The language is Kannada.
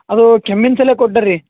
ಅದು ಕೆಮ್ಮಿನ ಸಲೆ ಕೊಟ್ಟಾರಿ